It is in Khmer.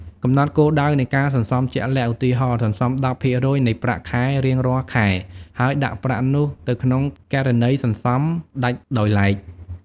កំណត់គោលដៅនៃការសន្សំជាក់លាក់ ឧទាហរណ៍ សន្សំ ១០% នៃប្រាក់ខែរៀងរាល់ខែ ហើយដាក់ប្រាក់នោះទៅក្នុងគណនីសន្សំដាច់ដោយឡែក។